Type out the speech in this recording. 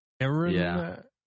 Aaron